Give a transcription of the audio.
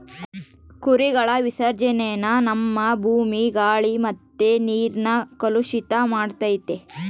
ಕುರಿಗಳ ವಿಸರ್ಜನೇನ ನಮ್ಮ ಭೂಮಿ, ಗಾಳಿ ಮತ್ತೆ ನೀರ್ನ ಕಲುಷಿತ ಮಾಡ್ತತೆ